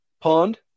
pond